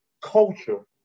culture